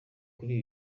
kuri